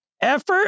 effort